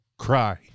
Cry